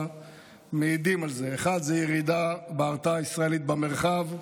מעידות על זה: 1. ירידה בהרתעה הישראלית במרחב,